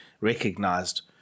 recognized